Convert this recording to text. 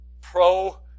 pro